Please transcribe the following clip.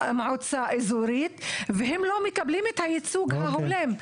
מועצה אזורית והם לא מקבלים את הייצוג ההולם.